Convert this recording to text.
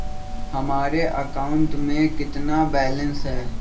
हमारे अकाउंट में कितना बैलेंस है?